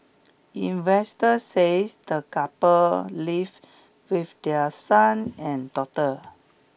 investors says the couple live with their son and daughter